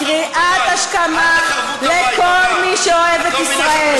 קריאת השכמה לכל מי שאוהב את ישראל,